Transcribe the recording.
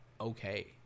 okay